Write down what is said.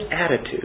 attitude